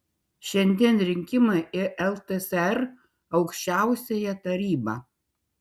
šiandien rinkimai į ltsr aukščiausiąją tarybą